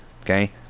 okay